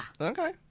Okay